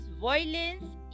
violence